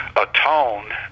atone